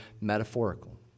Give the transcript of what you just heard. metaphorical